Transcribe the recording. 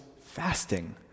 fasting